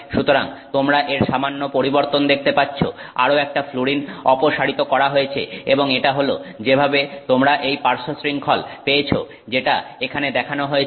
সুতরাং তোমরা এর সামান্য পরিবর্তন দেখতে পাচ্ছ আরো একটা ফ্লুরিন অপসারিত করা হয়েছে এবং এটা হল যেভাবে তোমরা এই পার্শ্বশৃংখল পেয়েছো যেটা এখানে দেখানো হয়েছে